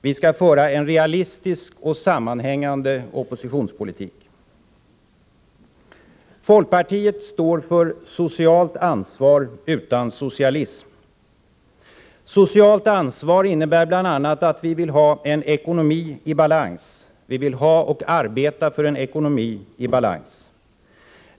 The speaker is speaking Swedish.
Vi skall föra en realistisk och sammanhängande oppositionspolitik. Folkpartiet står för socialt ansvar utan socialism. Socialt ansvar innebär bl.a. att vi vill ha och arbeta för en ekonomi i balans.